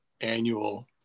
annual